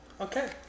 Okay